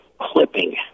clipping